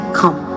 come